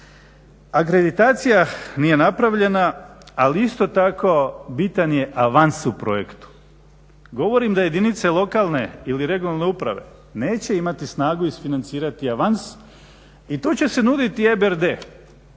Akreditacija nije napravljena, ali isto tako bitan je avans u projektu. Govorim da jedinice lokalne ili regionalne uprave neće imati snagu isfinancirati avans i tu će se nuditi EBRD